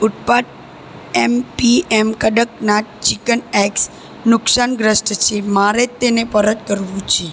ઉત્પાદ MPM Kadaknath chicken eggs નુકસાનગ્રસ્ત છે મારે તેને પરત કરવું છે